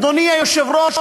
אדוני היושב-ראש,